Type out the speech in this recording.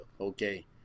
okay